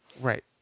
Right